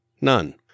none